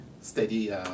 steady